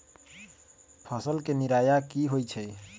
फसल के निराया की होइ छई?